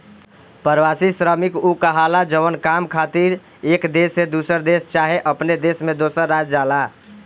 प्रवासी श्रमिक उ कहाला जवन काम खातिर एक देश से दोसर देश चाहे अपने देश में दोसर राज्य जाला